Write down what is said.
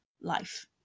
life